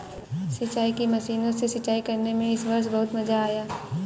सिंचाई की मशीनों से सिंचाई करने में इस वर्ष बहुत मजा आया